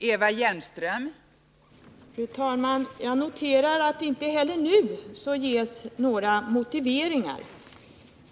Fru talman! Jag noterar att det inte heller nu ges några motiveringar.